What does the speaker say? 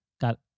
got